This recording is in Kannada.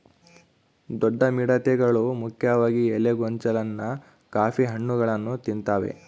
ದೊಡ್ಡ ಮಿಡತೆಗಳು ಮುಖ್ಯವಾಗಿ ಎಲೆ ಗೊಂಚಲನ್ನ ಕಾಫಿ ಹಣ್ಣುಗಳನ್ನ ತಿಂತಾವೆ